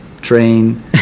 train